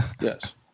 Yes